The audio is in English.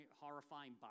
horrifying